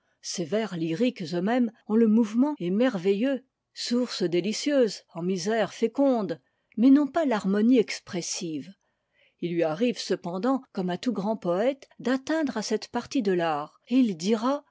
ses vers lyriques eux-mêmes ont le mouvement et merveilleux source délicieuse en misères fécondes mais n'ont pas l'harmonie expressive il lui arrive cependant comme à tout grand poète d'atteindre à cette partie de l'art et il dira